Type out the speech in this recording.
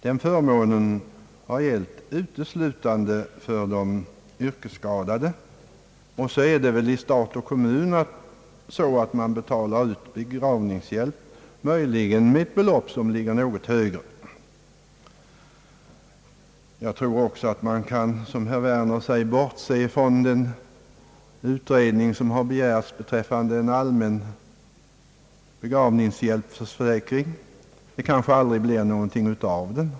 Den förmånen har gällt uteslutande för de yrkesskadade. I stat och kommun är det väl också så, att man betalar ut begravningshjälp, möjligen med ett belopp som ligger något högre. Jag tror också att man, som herr Werner säger, kan bortse från den utredning som har begärts beträffande en allmän begravningshjälpsförsäkring. Det kanske aldrig blir någonting av den.